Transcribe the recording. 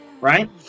Right